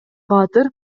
баатыр